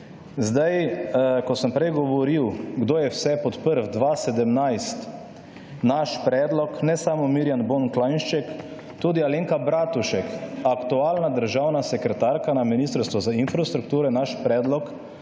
Zdaj, ko sem prej govoril, kdo je vse podprl 2017 naš predlog, ne samo Mirjam Bon Klanjšček, tudi Alenka Bratušek, aktualna državna sekretarka na Ministrstvu za infrastrukturo je naš predlog